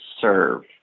serve